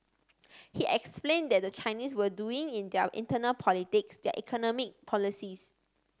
he explained that the Chinese were doing in their internal politics their economic policies